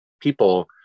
people